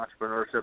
entrepreneurship